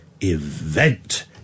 event